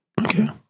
Okay